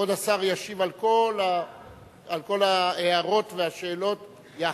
כבוד השר ישיב על כל ההערות והשאלות יחד.